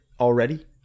already